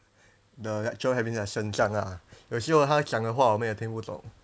the lecture having lesson 这样啦有时候他讲的话我们也听不懂